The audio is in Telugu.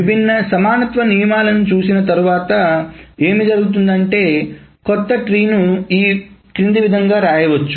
విభిన్న సమానత్వ నియమాలను చూసిన తర్వాత ఏమి జరుగుతుందంటే కొత్త ట్రీ ను ఈ క్రింది విధంగా వ్రాయవచ్చు